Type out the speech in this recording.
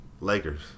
Lakers